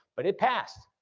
but it passed.